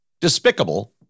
despicable